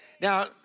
Now